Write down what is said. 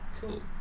Cool